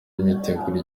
imyiteguro